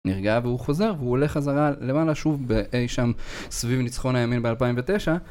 נרגעה והוא חוזר והוא הולך חזרה למעלה שוב ב-אי שם סביב ניצחון הימין ב-2009